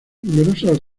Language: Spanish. numerosos